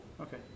Okay